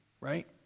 right